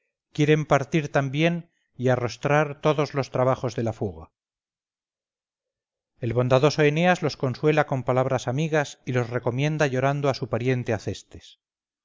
quieren partir también y arrostrar todos los trabajos de la fuga el bondadoso eneas los consuela con palabras amigas y los recomienda llorando a su pariente acestes